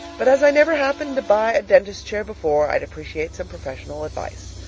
but as i never happened to buy a dentist's chair before, i'd appreciate some professional advice.